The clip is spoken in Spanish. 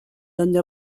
donde